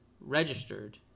registered